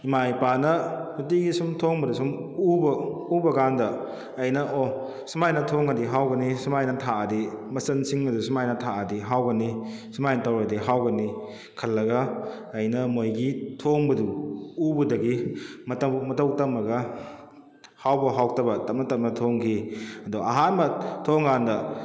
ꯏꯃꯥ ꯏꯄꯥꯅ ꯅꯨꯡꯇꯤꯒꯤ ꯁꯨꯝ ꯊꯣꯡꯕꯗ ꯑꯁꯨꯝ ꯎꯕ ꯎꯕꯀꯥꯟꯗ ꯑꯩꯅ ꯑꯣ ꯁꯨꯃꯥꯏꯅ ꯊꯣꯡꯉꯗꯤ ꯍꯥꯎꯒꯅꯤ ꯁꯨꯃꯥꯏꯅ ꯊꯥꯛꯑꯗꯤ ꯃꯆꯜꯟꯁꯤꯡ ꯑꯗꯨ ꯁꯨꯃꯥꯏꯅ ꯊꯥꯛꯑꯗꯤ ꯍꯥꯎꯒꯅꯤ ꯁꯨꯃꯥꯏꯅ ꯇꯧꯔꯗꯤ ꯍꯥꯎꯒꯅꯤ ꯈꯜꯂꯒ ꯑꯩꯅ ꯃꯣꯏꯒꯤ ꯊꯣꯡꯕꯗꯨ ꯎꯕꯗꯒꯤ ꯃꯇꯧ ꯃꯇꯧ ꯇꯝꯃꯒ ꯍꯥꯎꯕ ꯍꯥꯎꯇꯕ ꯇꯞꯅ ꯇꯞꯅ ꯊꯣꯡꯈꯤ ꯑꯗꯣ ꯑꯍꯥꯟꯕ ꯊꯣꯡꯕ ꯀꯥꯟꯗ